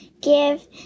give